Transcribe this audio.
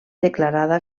declarada